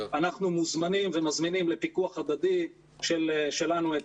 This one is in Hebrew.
אנחנו מוזמנים ומזמינים לפיקוח הדדי שלנו את